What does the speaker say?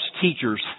teachers